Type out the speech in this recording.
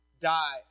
die